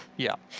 yeah.